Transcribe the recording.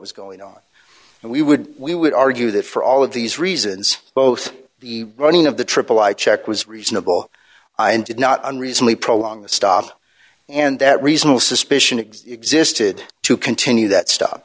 was going on we would we would argue that for all of these reasons both the running of the triple check was reasonable and did not unreasonably prolong the stop and that reasonable suspicion it existed to continue that st